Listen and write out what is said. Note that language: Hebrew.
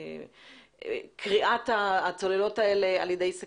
את קריעת הצוללות האלה באמצעות סכינים.